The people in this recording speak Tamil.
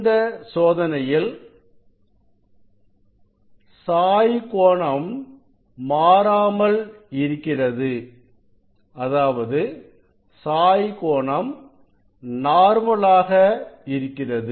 இந்த சோதனையில் சோதனைஇல் சாய் கோணம் மாறாமல் இருக்கிறது அதாவது சாய் கோணம் நார்மலாக இருக்கிறது